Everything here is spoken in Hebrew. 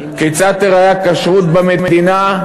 כיצד תיראה הכשרות במדינה,